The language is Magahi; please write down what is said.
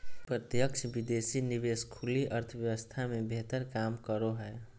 प्रत्यक्ष विदेशी निवेश खुली अर्थव्यवस्था मे बेहतर काम करो हय